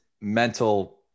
mental